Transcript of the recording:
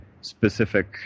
specific